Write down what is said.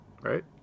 right